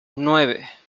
nueve